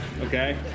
okay